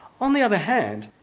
on the other hand,